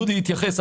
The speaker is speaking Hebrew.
דודי התייחס,